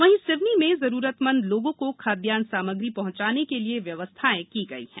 वहीं सिवनी में जरूरतमंद लोगों को खाद्यान्न सामग्री पहॅचाने के लिए व्यवस्थाएं की गई है